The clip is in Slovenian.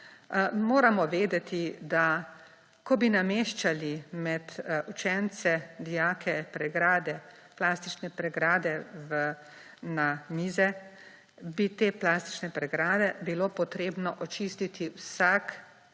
Moramo vedeti, da ko bi nameščali med učence, dijake pregrade, plastične pregrade na mize, bi te plastične pregrade bilo potrebno očistiti vsak